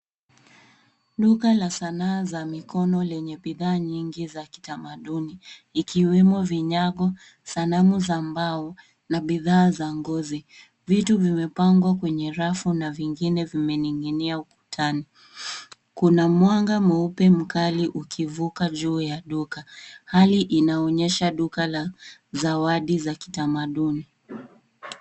Duka la sanaa za mikono lenye bidhaa nyingi za kitamaduni ikiwemo vinyago, sanamu za mbao na bidhaa za ngozi. Vitu vimepangwa kwenye rafu na vingine vimeninginia ukutani. Kuna mwanga mweupe mkali ukivuka juu ya duka. Hali inaonyesha duka la zawadi za kitamaduni.